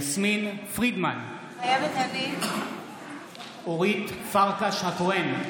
יסמין פרידמן, מתחייבת אני אורית פרקש הכהן,